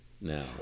now